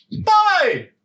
Bye